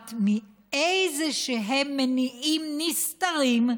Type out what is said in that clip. שנובעת מאיזשהם מניעים נסתרים,